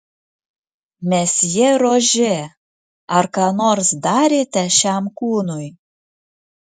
mesjė rožė ar ką nors darėte šiam kūnui